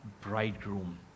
bridegroom